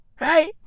right